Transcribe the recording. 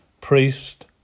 priest